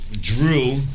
Drew